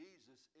Jesus